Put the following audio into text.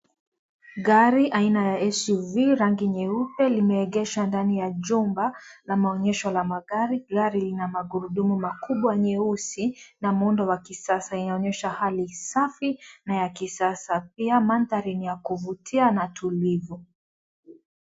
Gari aina ya SUV rangi nyeupe, limeegeshwa ndani ya jumba, la maonyesho ya magari, gari lina magurudumu makubwa nyeusi, na muundo wa kisasa, inaonyesha hali safi, na ya kisasa, pia manthari ni ya kuvutia na tulivu.